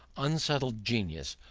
unsettled genius,